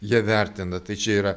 jie vertina tai čia yra